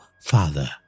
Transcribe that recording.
father